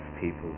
people